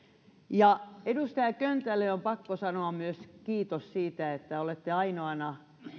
ja myös edustaja köntälle on pakko sanoa kiitos siitä että olette täällä ainoana